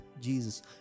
Jesus